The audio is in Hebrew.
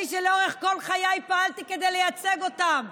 אני, שלאורך כל חיי פעלתי כדי לייצג אותן,